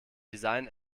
design